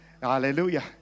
Hallelujah